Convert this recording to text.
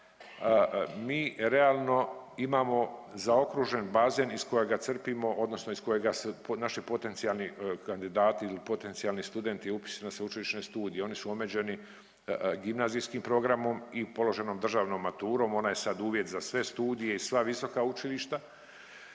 Mi realno imamo zaokružen bazen iz kojega crpimo odnosno iz kojega se naši potencijalni kandidati ili potencijalni studenti u upisu na sveučilišne studije, oni su omeđeni gimnazijskim programom i položenom državnom maturom. Ona je sad uvjet za sve studije i sva visoka učilišta